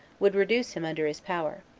would reduce him under his power.